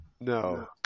No